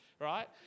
Right